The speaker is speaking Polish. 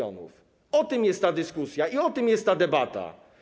O tym jest ta dyskusja i o tym jest ta debata.